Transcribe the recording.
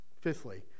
Fifthly